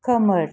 खोमोर